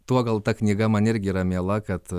tuo gal ta knyga man irgi yra miela kad